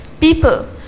people